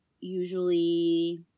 usually